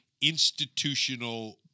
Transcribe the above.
Institutional